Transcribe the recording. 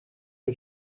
que